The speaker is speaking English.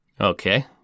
Okay